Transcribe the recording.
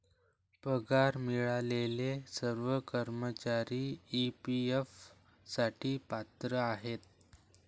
पगार मिळालेले सर्व कर्मचारी ई.पी.एफ साठी पात्र आहेत